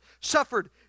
suffered